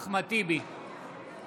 נגד